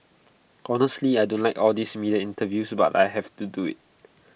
honestly I don't like all these media interviews but I have to do IT